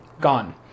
gone